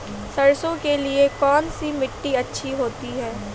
सरसो के लिए कौन सी मिट्टी अच्छी होती है?